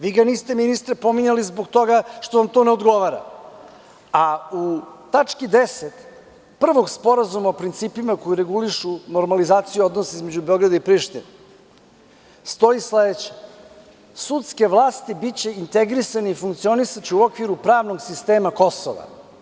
Vi ga ministre niste pominjali zbog toga što vam to ne odgovara, a u tački 10. prvog Sporazuma o principima koji regulišu normalizaciju odnosa između Beograda i Prištine stoji sledeće – sudke vlasti biće integrisane i funkcionisaće u okviru pravnog sistema Kosova.